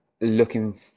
looking